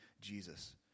Jesus